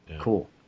cool